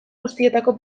guztietako